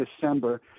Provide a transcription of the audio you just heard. December –